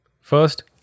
First